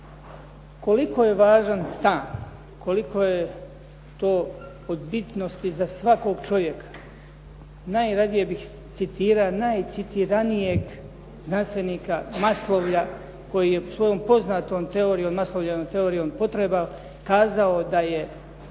Koliko je važan stan, koliko je to od bitnosti za svakog čovjeka. Najradije bih citirao najcitiranijeg znanstvenika Maslowlja koji je svojom poznatom teorijom, Maslowljevom teorijom potreba kazao da je